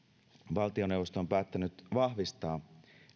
valtioneuvosto on päättänyt vahvistaa